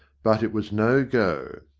but it was no go.